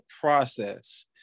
process